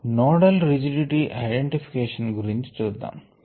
nodal rigidity identification గురించి చూద్దాము